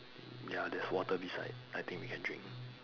ya there's water beside I think we can drink